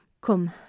come